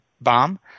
Bomb